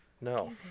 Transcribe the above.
no